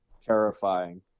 terrifying